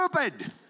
stupid